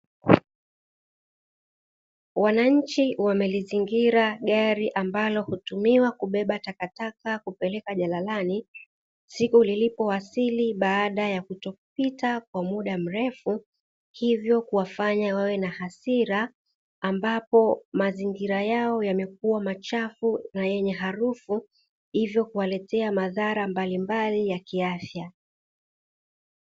Wananchi wamelizingira gari ambalo hutumiwa kubeba takataka kupeleka jalalani. Siku lilipowasili baada ya kutokuwepo kwa muda mrefu, hivyo kuwafanya wawe na hasira ambapo mazingira yao yamekuwa machafu na yenye harufu, hivyo kuwaletea madhara mbalimbali ya kiafya.